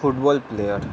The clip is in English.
football player